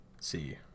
see